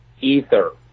ether